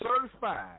certified